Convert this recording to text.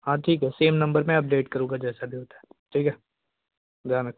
हाँ ठीक है सेम नंबर में अपडेट करूँगा जैसे भी होता है ठीक है ध्यान रखो